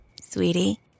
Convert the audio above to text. Sweetie